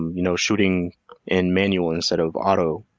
you know shooting in manual instead of auto,